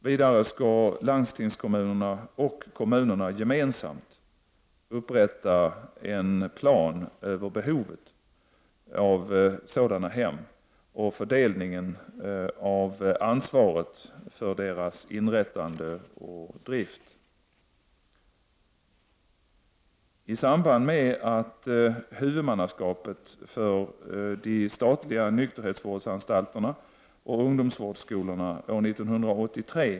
Vidare skall landstingskommunerna och kommunerna gemensamt upprätta en plan över behovet av sådana hem och fördelningen av ansvaret för deras inrättande och drift.